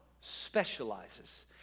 specializes